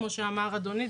כמו שאמר אדוני,